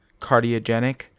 cardiogenic